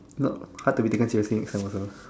no hard to be taken seriously next time also